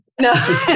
No